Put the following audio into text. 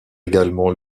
également